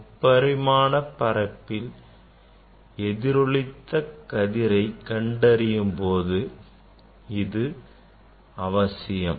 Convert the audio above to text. முப்பரிமாண பரப்பில் எதிரொளித்த கதிரை கண்டறியும் போதும் இது அவசியம்